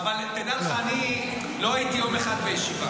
אבל תדע לך, אני לא הייתי יום אחד בישיבה.